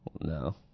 No